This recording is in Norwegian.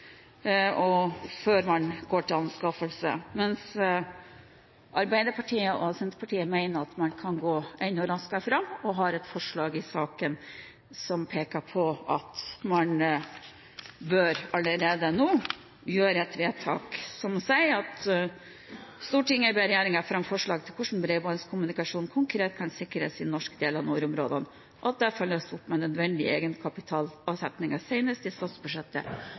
konseptvalgutredning før man går til anskaffelse. Arbeiderpartiet og Senterpartiet mener at man kan gå enda raskere fram i saken, og har et forslag som peker på at man allerede nå bør gjøre et vedtak som sier at «Stortinget ber regjeringen fremme forslag til hvordan bredbåndskommunikasjonen konkret kan sikres i norsk del av nordområdene, og at dette følges opp med nødvendige egenkapitalavsetninger senest i statsbudsjettet